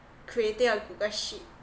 creating a google sheet